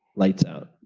lights out?